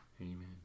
Amen